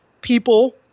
people